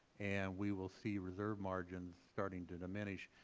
and we will see reserve margins starting to diminish,